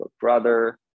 brother